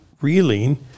reeling